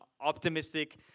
optimistic